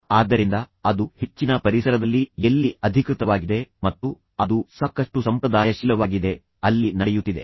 ಆದ್ದರಿಂದ ಅದು ಹೆಚ್ಚಿನ ಪರಿಸರದಲ್ಲಿ ಎಲ್ಲಿ ಅಧಿಕೃತವಾಗಿದೆ ಮತ್ತು ಅದು ಸಾಕಷ್ಟು ಸಂಪ್ರದಾಯಶೀಲವಾಗಿದೆ ಅಲ್ಲಿ ನಡೆಯುತ್ತಿದೆ